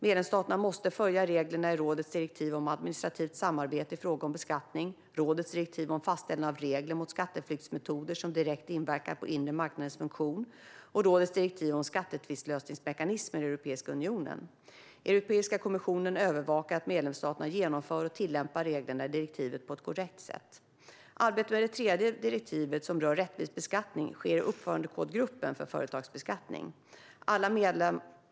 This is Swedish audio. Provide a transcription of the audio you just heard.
Medlemsstaterna måste följa reglerna i rådets direktiv om administrativt samarbete i fråga om beskattning, rådets direktiv om fastställande av regler mot skatteflyktsmetoder som direkt inverkar på den inre marknadens funktion och rådets direktiv om skattetvistlösningsmekanismer i Europeiska unionen. Europeiska kommissionen övervakar att medlemsstaterna genomför och tillämpar reglerna i direktiven på ett korrekt sätt. Arbetet med det tredje kriteriet, som rör rättvis beskattning, sker i uppförandekodgruppen för företagsbeskattning.